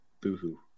Boo-hoo